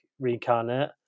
reincarnate